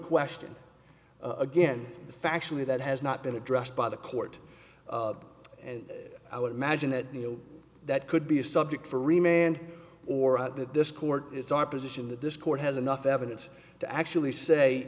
question again factually that has not been addressed by the court and i would imagine that you know that could be a subject for remained or that this court it's our position that this court has enough evidence to actually say